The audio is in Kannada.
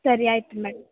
ಸರಿ ಆಯಿತು ಮೇಡಮ್